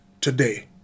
today